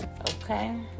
okay